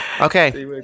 okay